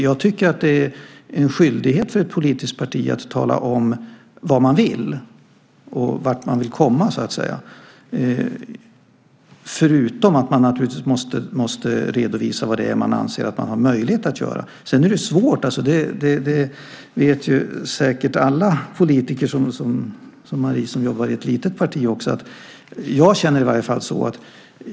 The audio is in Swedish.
Jag tycker att det är en skyldighet för ett politiskt parti att tala om vad man vill och vart man vill komma så att säga, förutom att man naturligtvis måste redovisa vad det är man anser att man har möjlighet att göra. Sedan är det svårt att jobba i ett litet parti, och det vet säkert alla politiker som, som Marie, jobbar i ett litet parti. Jag känner det i alla fall så.